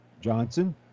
Johnson